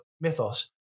mythos